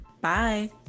bye